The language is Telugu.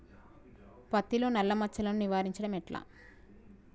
పత్తిలో నల్లా మచ్చలను నివారించడం ఎట్లా?